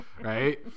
Right